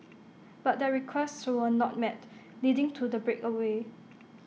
but their requests were not met leading to the breakaway